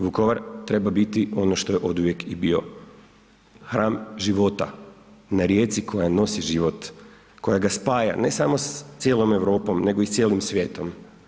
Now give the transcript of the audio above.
Vukovar treba biti ono što je oduvijek i bio, hram života na rijeci koja nosi život, koja ga spaja ne samo s cijelom Europom, nego i s cijelim svijetom.